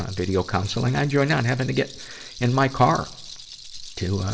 ah video counseling. i enjoy not having to get in my car to, ah,